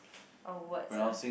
oh words ah